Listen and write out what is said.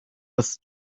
with